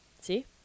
See